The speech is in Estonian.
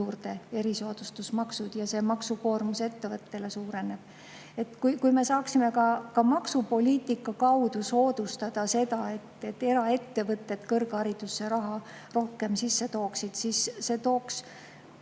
veel erisoodustusmaksud – ja ettevõtte maksukoormus suureneb. Kui me saaksime ka maksupoliitika kaudu soodustada seda, et eraettevõtted kõrgharidusse raha rohkem sisse tooksid, siis tooks